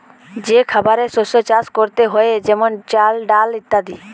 যে খাবারের শস্য চাষ করতে হয়ে যেমন চাল, ডাল ইত্যাদি